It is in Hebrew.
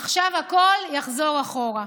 עכשיו הכול יחזור אחורה.